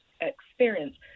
experience